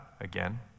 again